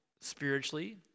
spiritually